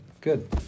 Good